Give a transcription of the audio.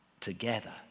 together